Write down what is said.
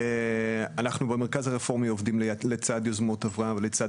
אנחנו במרכז הרפורמי עובדים לצד "יוזמות אברהם" ולצד